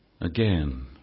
again